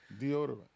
Deodorant